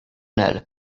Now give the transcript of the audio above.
nel